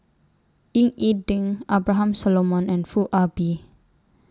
Ying E Ding Abraham Solomon and Foo Ah Bee